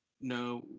No